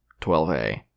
12A